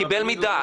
קיבל מידע,